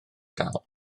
gael